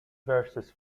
versus